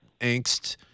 angst